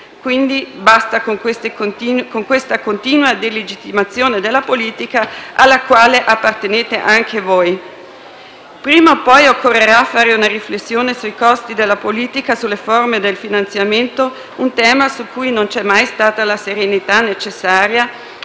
Quindi, basta con questa continua delegittimazione della politica alla quale appartenete anche voi. Prima o poi occorrerà fare una riflessione sui costi della politica, sulle forme del finanziamento, un tema su cui non c'è mai stata la serenità necessaria,